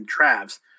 Travs